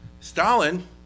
Stalin